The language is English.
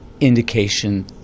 indication